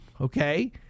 okay